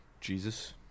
Jesus